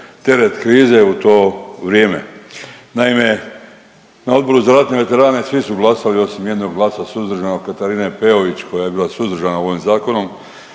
teret krize u to vrijeme. Naime, na Odboru za ratne veterane svi su glasali osim jednog glasa suzdržanog Katarine Peović koja je bila suzdržana ovim zakonom,